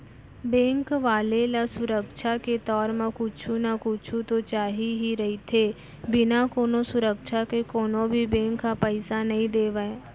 bank वाले ल सुरक्छा के तौर म कुछु न कुछु तो चाही ही रहिथे, बिना कोनो सुरक्छा के कोनो भी बेंक ह पइसा नइ देवय